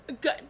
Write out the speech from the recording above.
Good